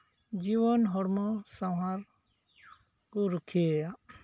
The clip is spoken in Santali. ᱡᱤᱣᱚᱱ ᱦᱚᱲᱢᱚ ᱥᱟᱶᱟᱨ ᱠᱚ ᱨᱩᱠᱷᱭᱟᱹᱭᱟ